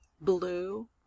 blue